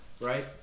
right